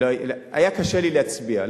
היה קשה לי להצביע.